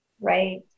Right